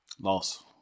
Loss